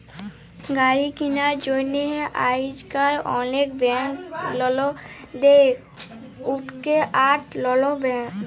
গাড়ি কিলার জ্যনহে আইজকাল অলেক ব্যাংক লল দেই, উটকে অট লল ব্যলে